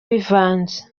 bivanze